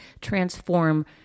transform